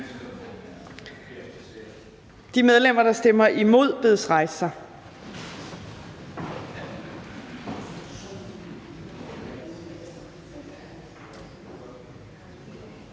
De medlemmer, der stemmer imod, bedes rejse